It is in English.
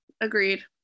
agreed